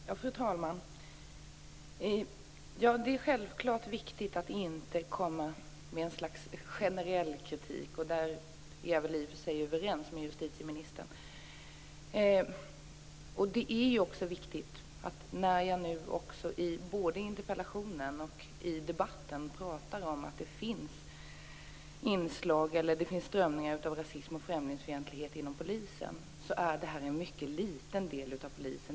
Fru talman! Det är självklart viktigt att inte komma med ett slags generell kritik. Där är jag i och för sig överens med justitieministern. Det är också viktigt att notera att när jag både i interpellationen och i debatten talar om att det finns inslag eller strömningar av rasism och främlingsfientlighet inom polisen handlar det om en mycket liten del av polisen.